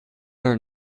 are